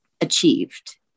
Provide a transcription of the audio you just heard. achieved